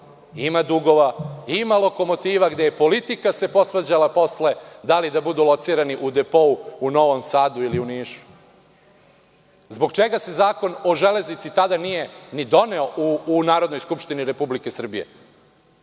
ima dugova, ima lokomotiva gde se politika posvađala posle da li da budu locirani u depou u Novom Sadu ili u Nišu. Zbog čega se Zakon o železnici tada nije ni doneo u Narodnoj skupštini Republike Srbije?